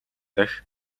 дахь